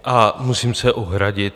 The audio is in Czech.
A musím se ohradit.